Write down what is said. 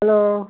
hello